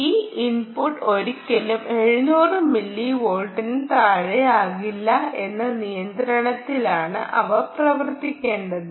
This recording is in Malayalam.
ഈ ഇൻപുട്ട് ഒരിക്കലും 700 മില്ലിവോൾട്ടിന് താഴെയാകില്ല എന്ന നിയന്ത്രണത്തിലാണ് അവ പ്രവർത്തിക്കേണ്ടത്